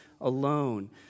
alone